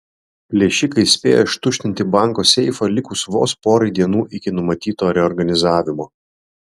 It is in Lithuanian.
plėšikai spėjo ištuštinti banko seifą likus vos porai dienų iki numatyto reorganizavimo